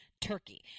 Turkey